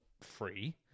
free